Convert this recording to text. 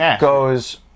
goes